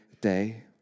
day